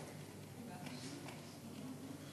שלוש